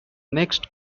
next